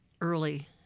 early